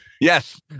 Yes